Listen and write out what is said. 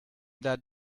that